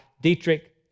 Dietrich